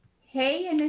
Hey